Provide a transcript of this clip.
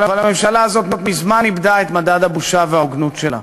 אבל הממשלה הזו מזמן איבדה את מדד הבושה וההוגנות שלה.